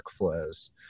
workflows